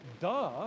duh